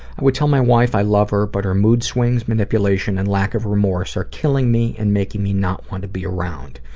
i would tell my wife i love her but her mood swings, manipulation and lack of remorse are killing me and making me not want to be around.